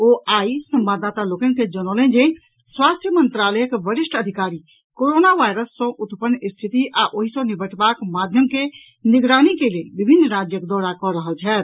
ओ आई संवाददाता लोकनि के जनौलनि जे स्वास्थ्य मंत्रालयक वरिष्ठ अधिकारी कोरोना वायरस सॅ उत्पन्न स्थिति आ ओहि सॅ निपटबाक माध्यम के निगरानी के लेल विभिन्न राज्यक दौरा कऽ रहल छथि